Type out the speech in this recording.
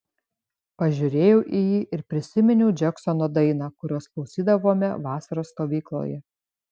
pažiūrėjau į jį ir prisiminiau džeksono dainą kurios klausydavome vasaros stovykloje